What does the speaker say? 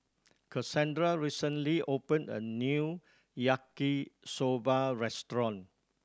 Kasandra recently opened a new Yaki Soba restaurant